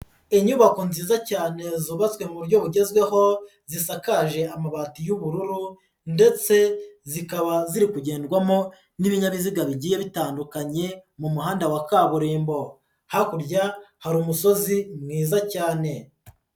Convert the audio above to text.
Inyubako nziza cyane zubatswe mu buryo bugezweho, zisakaje amabati y'ubururu ndetse zikaba ziri kugendwamo n'ibinyabiziga bigiye bitandukanye mu muhanda wa kaburimbo, hakurya hari umusozi mwiza cyane.